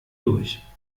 durch